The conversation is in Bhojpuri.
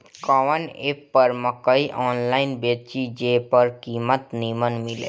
कवन एप पर मकई आनलाइन बेची जे पर कीमत नीमन मिले?